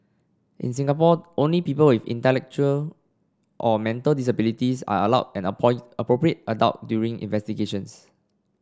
in Singapore only people with intellectual or mental disabilities are allowed an appropriate adult during investigations